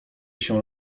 się